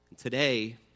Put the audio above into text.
Today